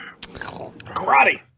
Karate